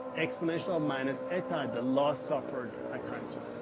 exponential minus eta, the loss suffered a time t.